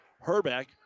Herbeck